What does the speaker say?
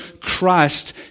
Christ